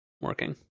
working